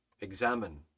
examine